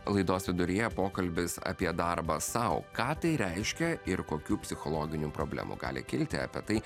laidos viduryje pokalbis apie darbą sau ką tai reiškia ir kokių psichologinių problemų gali kilti apie tai